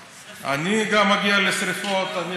שרפות, שרפות.